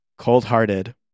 Cold-hearted